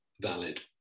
valid